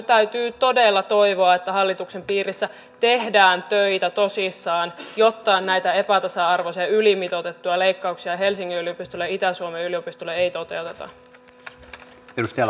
täytyy todella toivoa että hallituksen piirissä tehdään töitä tosissaan jotta näitä epätasa arvoisia ylimitoitettuja leikkauksia helsingin yliopistolle ja itä suomen yliopistolle ei toteuteta